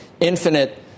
infinite